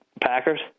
Packers